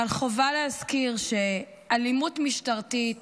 אבל חובה להזכיר שאלימות משטרתית